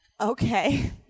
Okay